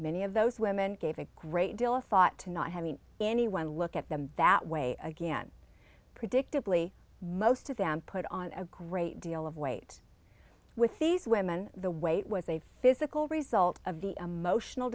many of those women gave a great deal of thought to not having anyone look at them that way again predictably most of them put on a great deal of weight with these women the weight was a physical result of the emotional